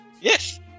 Yes